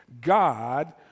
God